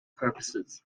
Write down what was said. purposes